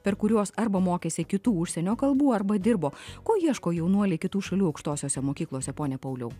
per kuriuos arba mokėsi kitų užsienio kalbų arba dirbo ko ieško jaunuoliai kitų šalių aukštosiose mokyklose pone pauliau